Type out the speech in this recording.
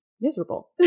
miserable